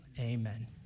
Amen